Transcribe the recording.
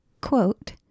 quote